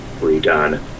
redone